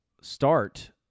start